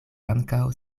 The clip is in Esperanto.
ankaŭ